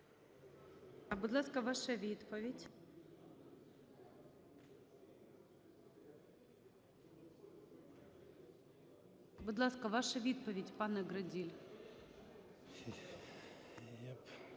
Будь ласка, ваша відповідь. Будь ласка, ваша відповідь, пане Граділь.